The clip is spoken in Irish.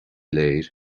léir